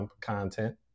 content